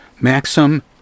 Maxim